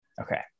Okay